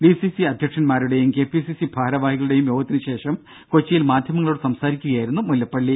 D C C അധ്യക്ഷൻമാരുടെയും K P C C ഭാരവാഹികളുടെയും യോഗത്തിനു ശേഷം കൊച്ചിയിൽ മാധ്യമങ്ങളോട് സംസാരിക്കുകയായിരുന്നു മുല്ലപ്പളളി